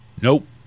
Nope